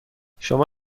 شما